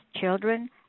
children